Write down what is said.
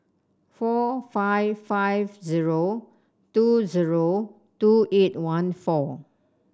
four five five zero two zero two eight one four